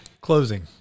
Closing